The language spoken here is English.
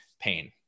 pain